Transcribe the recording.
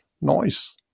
noise